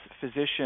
physician